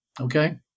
Okay